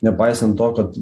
nepaisant to kad